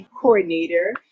coordinator